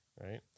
right